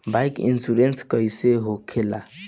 Bike insurance कैसे होखे ला?